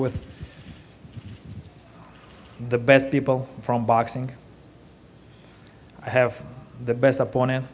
with the best people from boxing i have the best up on